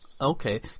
Okay